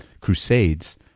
crusades